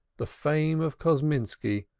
the fame of kosminski,